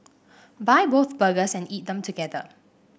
buy both burgers and eat them together